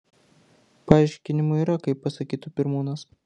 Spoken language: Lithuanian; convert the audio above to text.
paaiškinimų yra kaip pasakytų pirmūnas